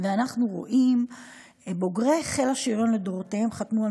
אנחנו רואים שבוגרי חיל השריון לדורותיהם חתמו על